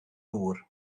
gŵr